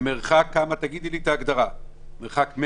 במרחק 100,